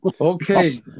Okay